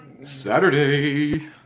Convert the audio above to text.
Saturday